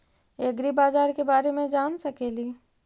ऐग्रिबाजार के बारे मे जान सकेली?